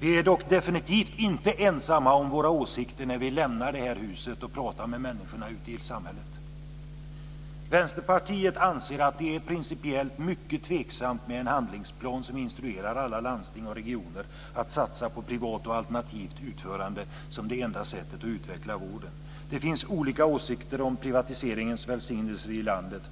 Vi är dock definitivt inte ensamma om våra åsikter när vi lämnar detta hus och pratar med människorna ute i samhället. Vänsterpartiet anser att det är principiellt mycket tveksamt med en handlingsplan som instruerar alla landsting och regioner att satsa på privat och alternativt utförande som det enda sättet att utveckla vården. Det finns olika åsikter om privatiseringens välsignelser i landet.